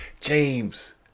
James